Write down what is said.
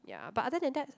ya but other than that